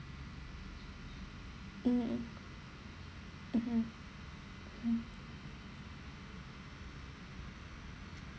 mm mmhmm mm